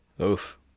Oof